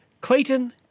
Clayton